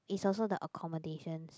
is also the accommodations